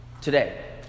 today